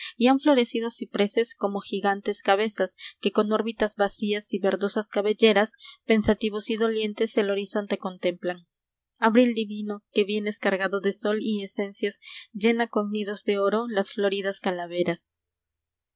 han florecido cipreses como gigantes cabezas que con órbitas vacías y verdosas cabelleras pensativos y dolientes el horizonte contemplan abril divino que vienes cargado de sol y esencias llena con nidos de oro las floridas calaveras